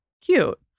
cute